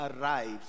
arrives